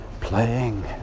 playing